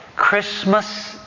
Christmas